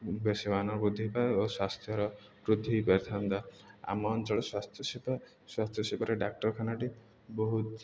ବେଶୀମାନ ବୃଦ୍ଧି ପାଇବ ଓ ସ୍ୱାସ୍ଥ୍ୟର ବୃଦ୍ଧି ହେଇପାରିଥାନ୍ତା ଆମ ଅଞ୍ଚଳ ସ୍ୱାସ୍ଥ୍ୟ ସେବା ସ୍ୱାସ୍ଥ୍ୟ ସେବାରେ ଡାକ୍ତରଖାନାଟି ବହୁତ